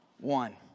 one